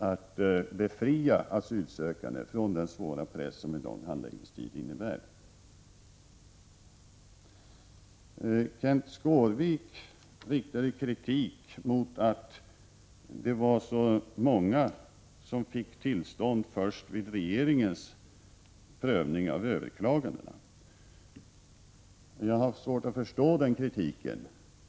Att befria asylsökande från den svåra press som en lång handläggningstid innebär är välgörande och måste vara något att eftersträva. Kenth Skårvik riktade kritik mot att så många fick uppehållstillstånd först efter regeringens prövning av överklagandena. Jag har svårt att förstå den kritiken.